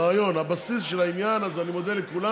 הרעיון, הבסיס של העניין, אז אני מודה לכולם.